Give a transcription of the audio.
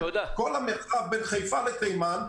בכל המרחב בין חיפה לשדה תימן,